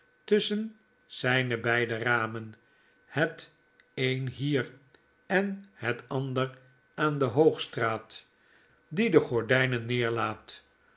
tusschen zyne beide ramen het een hier en het andere aan de hoogstraat die de gordynen neer laat